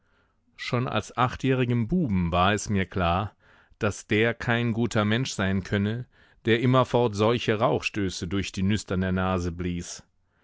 schon als achtjährigem buben war es mir klar daß der kein guter mensch sein könne der immerfort solche rauchstöße durch die nüstern der nase blies